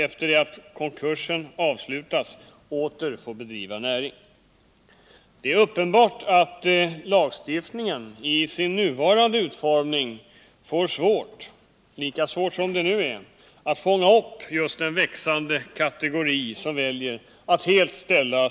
En grundförutsättning för att näringsförbud skall kunna meddelas är att konkurs har inträffat.